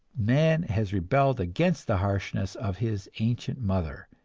man has rebelled against the harshness of his ancient mother,